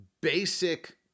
basic